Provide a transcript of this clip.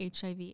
hiv